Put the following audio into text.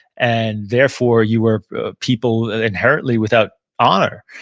and therefore you were a people inherently without honor.